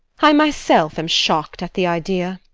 i myself am shocked at the idea.